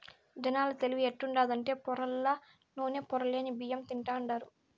జనాల తెలివి ఎట్టుండాదంటే పొరల్ల నూనె, పొరలేని బియ్యం తింటాండారు